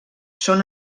són